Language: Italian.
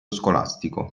scolastico